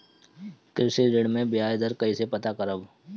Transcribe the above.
कृषि ऋण में बयाज दर कइसे पता करब?